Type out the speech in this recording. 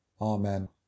Amen